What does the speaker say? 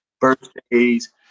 birthdays